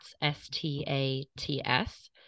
S-T-A-T-S